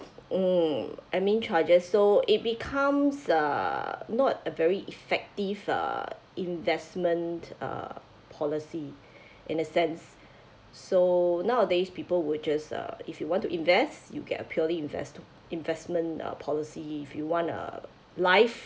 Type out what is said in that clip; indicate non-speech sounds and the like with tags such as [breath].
mm admin charges so it becomes uh not a very effective uh investment uh policy [breath] in a sense so nowadays people were just uh if you want to invest you get a purely invest~ investment uh policy if you want a life